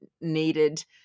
needed